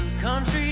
country